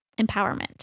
empowerment